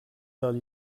del